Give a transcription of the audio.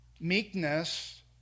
Meekness